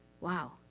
Wow